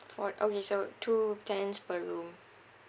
four okay so two tenants per room